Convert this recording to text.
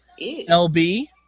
LB